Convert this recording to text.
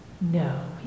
No